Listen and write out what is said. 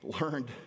learned